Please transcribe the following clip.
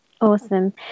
Awesome